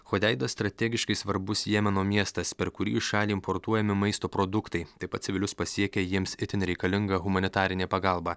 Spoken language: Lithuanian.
hodeida strategiškai svarbus jemeno miestas per kurį į šalį importuojami maisto produktai taip pat civilius pasiekia jiems itin reikalinga humanitarinė pagalba